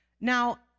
Now